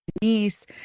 Denise